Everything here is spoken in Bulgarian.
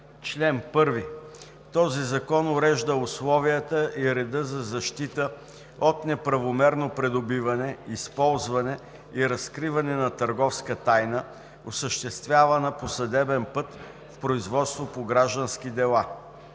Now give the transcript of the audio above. Чл. 1. Този закон урежда условията и реда за защита от неправомерно придобиване, използване и разкриване на търговска тайна, осъществявана по съдебен път в производство по граждански дела.“